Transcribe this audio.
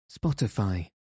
Spotify